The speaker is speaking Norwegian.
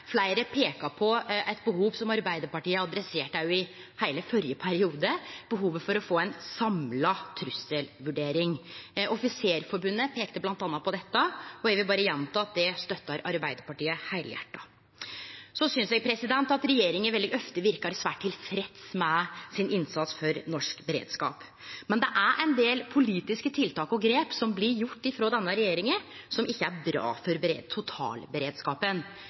Fleire peika på eit behov som Arbeidarpartiet adresserte i heile førre periode, behovet for å få ei samla trusselvurdering. Offisersforbundet peika bl.a. på dette, og eg vil berre gjenta at Arbeidarpartiet støttar det heilhjerta. Eg synest at regjeringa veldig ofte verkar svært tilfreds med innsatsen sin for norsk beredskap, men det er ein del politiske tiltak og grep som blir gjorde frå denne regjeringa som ikkje er bra for totalberedskapen.